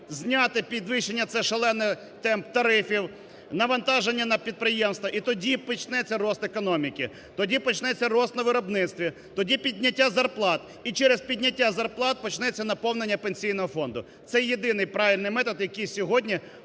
зняти підвищення це, шалений темп тарифів, навантаження на підприємства. І тоді почнеться ріст економіки, тоді почнеться ріст на виробництві, тоді підняття зарплат. І через підняття зарплат почнеться наповнення Пенсійного фонду. Це єдиний правильний метод, який сьогодні